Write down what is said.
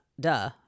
duh